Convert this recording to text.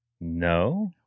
No